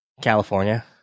California